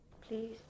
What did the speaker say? Please